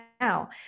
now